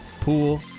pool